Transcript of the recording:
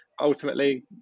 ultimately